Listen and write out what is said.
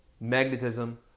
magnetism